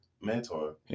mentor